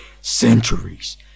centuries